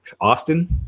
Austin